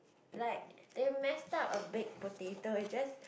like they messed up a baked potato it's just